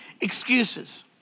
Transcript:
excuses